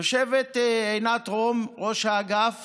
יושבת עינת רום, ראש האגף